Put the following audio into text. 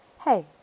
hey